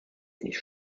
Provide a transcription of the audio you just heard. nicht